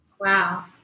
Wow